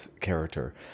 character